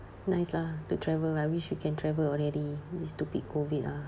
nice lah to travel I wish we can travel already this stupid COVID ah